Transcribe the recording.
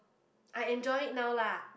I enjoy now lah